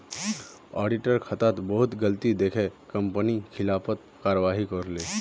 auditor खातात बहुत गलती दखे कंपनी खिलाफत कारवाही करले